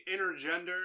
intergender